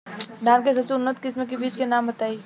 धान के सबसे उन्नत किस्म के बिज के नाम बताई?